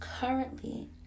currently